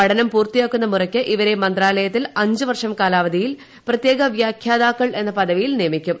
പഠനം പൂർത്തിയാക്കുന്ന മുറയ്ക്ക് ഇവരെ മന്ത്രാലയത്തിൽ അഞ്ച് വർഷം കാലാവധിയിൽ പ്രത്യേക വ്യാഖ്യാതാക്കൾ എന്ന പദവിയിൽ നിയമിക്കും